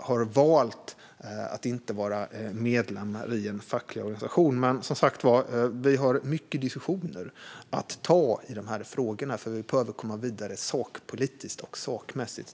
har valt att inte vara medlem i en facklig organisation. Vi har som sagt många diskussioner att ta i dessa frågor, för vi behöver komma vidare sakpolitiskt.